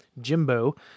Jimbo